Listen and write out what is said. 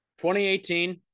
2018